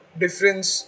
difference